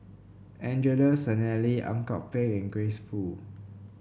Angelo Sanelli Ang Kok Peng and Grace Fu